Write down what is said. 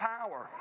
Power